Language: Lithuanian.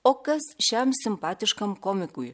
o kas šiam simpatiškam komikui